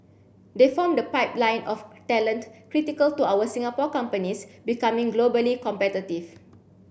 they form the pipeline of talent critical to our Singapore companies becoming globally competitive